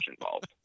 involved